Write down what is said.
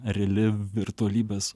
reali virtualybės